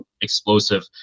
explosive